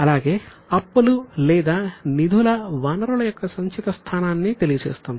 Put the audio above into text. అలాగే అప్పులు లేదా నిధుల వనరుల యొక్క సంచిత స్థానాన్ని తెలియజేస్తుంది